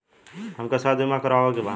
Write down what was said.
हमके स्वास्थ्य बीमा करावे के बा?